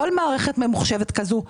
כל מערכת ממוחשבת כזאת,